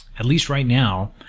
at least right now,